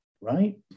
right